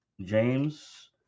james